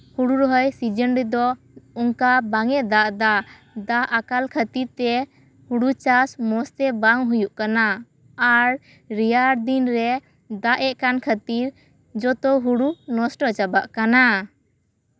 ᱦᱳᱲᱳ ᱨᱚᱦᱚᱭ ᱥᱤᱡᱮᱱ ᱨᱮᱫᱚ ᱚᱱᱠᱟ ᱵᱟᱝᱼᱮ ᱫᱟᱜ ᱮᱫᱟ ᱫᱟᱜ ᱟᱠᱟᱞ ᱠᱷᱟᱹᱛᱤᱨ ᱛᱮ ᱦᱳᱲᱳ ᱪᱟᱥ ᱢᱚᱡᱽ ᱛᱮ ᱵᱟᱝ ᱦᱩᱭᱩᱜ ᱠᱟᱱᱟ ᱟᱨ ᱨᱮᱭᱟᱲ ᱫᱤᱱ ᱨᱮ ᱫᱟᱜᱼᱮᱜ ᱠᱟᱱ ᱠᱷᱟᱹᱛᱤᱨ ᱡᱚᱛᱚ ᱦᱳᱲᱳ ᱱᱚᱥᱴᱚ ᱪᱟᱵᱟᱜ ᱠᱟᱱᱟ